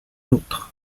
autres